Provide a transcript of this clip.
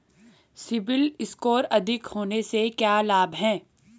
CIBIL score अधिक होने से क्या लाभ हैं?